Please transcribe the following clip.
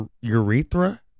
urethra